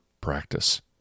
practice